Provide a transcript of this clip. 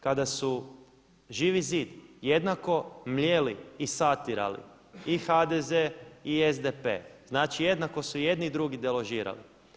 Kada su Živi zid jednako mljeli i satirali i HDZ i SDP, znači jednako su i jedni i drugi deložirali.